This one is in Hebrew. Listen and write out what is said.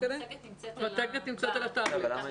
המצגת נמצאת על הטבלט.